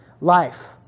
life